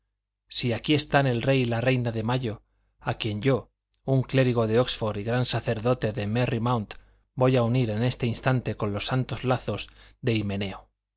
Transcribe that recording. sí aquí están el rey y la reina de mayo a quienes yo un clérigo de oxford y gran sacerdote de merry mount voy a unir en este instante con los santos lazos de himeneo